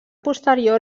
posterior